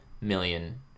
million